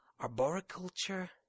Arboriculture